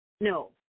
no